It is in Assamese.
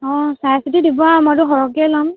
অ' চাই চিতি দিব আৰু মইটো সৰহকেই ল'ম